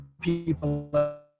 people